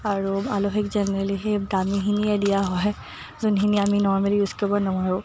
আৰু আলহীক জেনেৰেলী সেই দামীখিনিয়ে দিয়া হয় যোনখিনি আমি নৰ্মেলি ইউজ কৰিব নোৱাৰোঁ